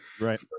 Right